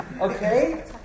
Okay